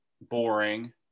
boring